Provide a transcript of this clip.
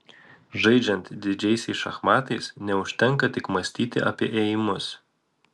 žaidžiant didžiaisiais šachmatais neužtenka tik mąstyti apie ėjimus